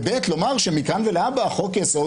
וב' לומר שמכאן ולהבא חוק-יסוד,